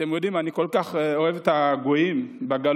אתם יודעים, אני כל כך אוהב את הגויים בגלות.